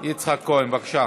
יצחק כהן, בבקשה.